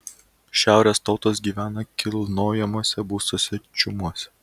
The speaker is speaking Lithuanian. šiaurės tautos gyvena kilnojamuose būstuose čiumuose